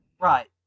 Right